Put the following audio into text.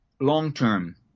long-term